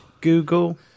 Google